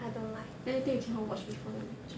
then later you cannot watch before the lecture